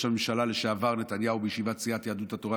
הממשלה לשעבר נתניהו בישיבת סיעת יהדות התורה,